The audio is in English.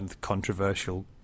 controversial